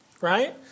right